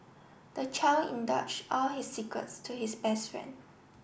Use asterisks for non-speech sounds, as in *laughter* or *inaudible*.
the child *unintelligible* all his secrets to his best friend